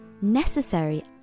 Necessary